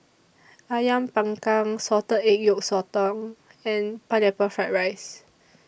Ayam Panggang Salted Egg Yolk Sotong and Pineapple Fried Rice